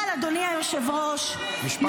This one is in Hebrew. אבל, אדוני היושב-ראש -- משפט אחרון.